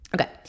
Okay